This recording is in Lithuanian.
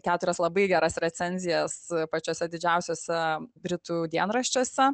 keturias labai geras recenzijas pačiose didžiausiose britų dienraščiuose